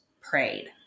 prayed